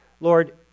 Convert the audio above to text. Lord